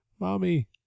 Mommy